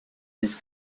his